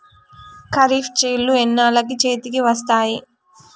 ఖరీఫ్ చేలు ఎన్నాళ్ళకు చేతికి వస్తాయి?